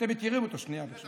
שאתם מכירים אותו, שנייה, בבקשה.